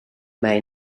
may